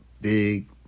big